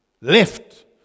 left